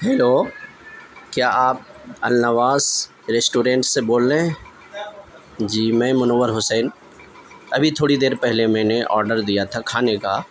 hello کیا آپ Al Nawaz restaurant سے بول رہے ہیں جی میں منور حسین ابھی تھوڑی دیر پہلے میں نے آڈر دیا تھا کھانے کا